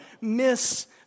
miss